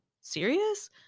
serious